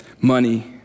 Money